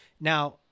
Now